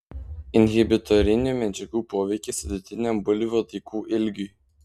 inhibitorinių medžiagų poveikis vidutiniam bulvių daigų ilgiui